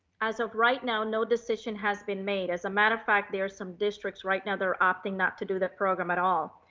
as of right now, no decision has been made. as a matter of fact, there's some districts right now. they're opting not to do the program at all.